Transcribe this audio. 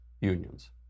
unions